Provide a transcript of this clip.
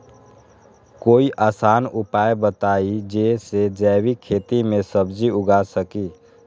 कोई आसान उपाय बताइ जे से जैविक खेती में सब्जी उगा सकीं?